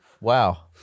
wow